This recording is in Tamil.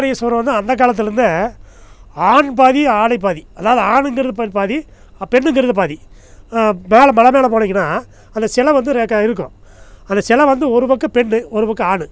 அந்த காலத்திலருந்தே ஆண் பாதி ஆடை பாதி அதாவது ஆணுங்கிறது பாதி பெண்ணுங்கிறது பாதி மேலே ம மேலே போனீங்கன்னா அந்த சில வந்து இருக்கும் அந்த சில வந்து ஒரு பக்கம் பெண் ஒரு பக்கம் ஆண்